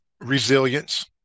Resilience